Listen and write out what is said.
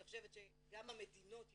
אני חושבת שגם המדינות יתהדקו.